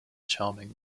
charming